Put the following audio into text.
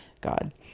god